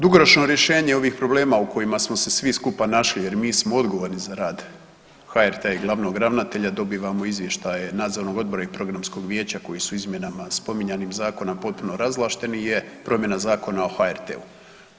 Dugoročno rješenje ovih problema u kojima smo se svi skupa našli jer mi smo odgovorni za rad HRT-a i glavnog ravnatelja, dobivamo izvještaje nadzornog odbora i programskog vijeća koji su izmjenama spominjanih zakona potpuno razvlašteni je promjena Zakona o HRT-u.